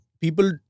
People